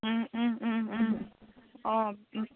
অঁ